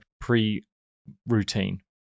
pre-routine